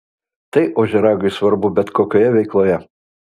tai ožiaragiui svarbu bet kokioje veikloje